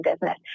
business